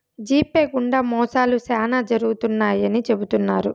GPay గుండా మోసాలు కూడా శ్యానా జరుగుతాయని చెబుతున్నారు